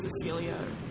Cecilia